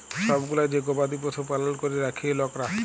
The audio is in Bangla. ছব গুলা যে গবাদি পশু পালল ক্যরে রাখ্যে লকরা